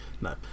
No